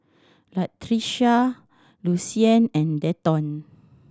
Latricia Lucien and Denton